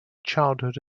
childhood